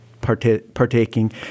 partaking